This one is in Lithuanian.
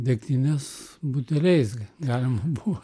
degtinės buteliais ga galima buvo